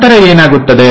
ನಂತರ ಏನಾಗುತ್ತದೆ